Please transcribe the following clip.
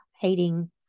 hating